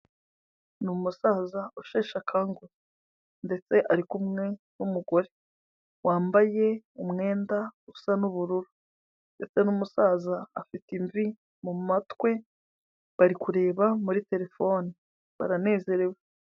Ni umusaza usheshe akangu ndetse ari kumwe n'umugore, wambaye umwenda usa n'ubururu ndetse n'umusaza afite imvi mu mutwe bari kureba muri terefone baranezerewe.